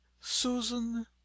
Susan